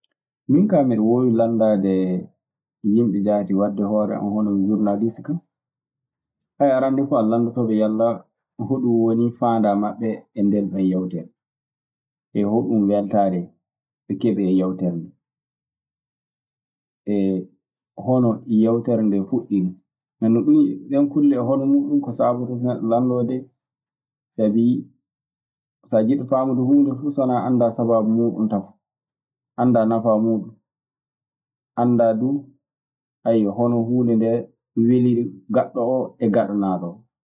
Minkaa miɗe woowi lanndaade e yimɓe jaati, wadde hoore am yono mi jurnalis kaa. Arannde fuu a lanndotoɓe yalla hoɗum woni faandaa maɓɓe e nden ɗoo yewtere. E hoɗum weltaare ɓe keɓi e yewtere ndee; hono yewtere ndee fuɗɗiri. Hono ɗum e ɗen kulle e hono muuɗum, ko saabotoo so neɗɗo lanndoo dee. Sabi so a jiɗɗo faamude huunde fuu sonaa anndaa sabaabu muuɗum tafon, anndaa nafaa muuɗum. Anndaa duu ayyo hono huunde nde weliri gaɗɗo oo egaɗanaaɗo oo.